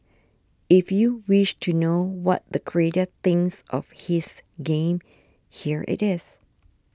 if you wish to know what the creator thinks of his game here it is